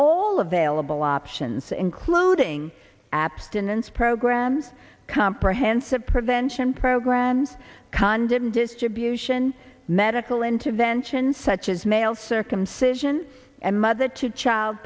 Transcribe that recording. ala bill options including abstinence programs comprehensive prevention programs condom distribution medical intervention such as male circumcision and mother to child